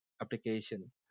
application